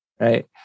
Right